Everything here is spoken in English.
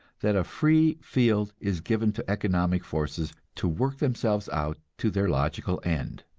that a free field is given to economic forces to work themselves out to their logical end.